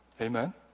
Amen